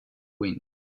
wind